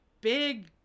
big